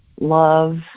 love